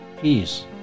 peace